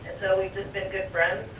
so, we just been good friends.